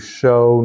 show